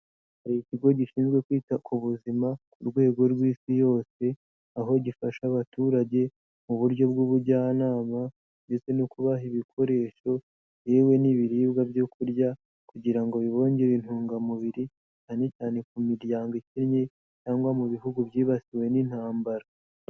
Hari ikigo gishinzwe kwita ku buzima, ku rwego rw'Isi yose, aho gifasha abaturage mu buryo bw'ubujyanama, ndetse no kubaha ibikoresho, yewe n'ibiribwa byo kurya, kugira ngo bibongere intungamubiri, cyane cyane ku miryango ikennye, cyangwa mu bihugu byibasiwe n'intambara.